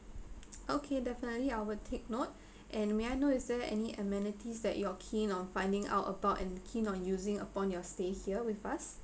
okay definitely I will take note and may I know is there any amenities that you're keen on finding out about and keen on using upon your stay here with us